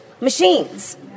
machines